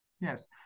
Yes